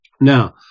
Now